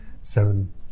seven